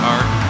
Art